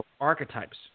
archetypes